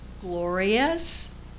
glorious